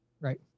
Right